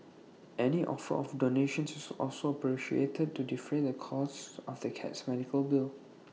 any offer of donations is also appreciated to defray the costs of the cat's medical bill